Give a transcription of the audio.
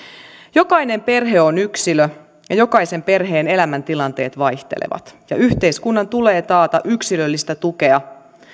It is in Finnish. jokainen perhe on yksilö ja jokaisen perheen elämäntilanteet vaihtelevat ja yhteiskunnan tulee taata yksilöllistä tukea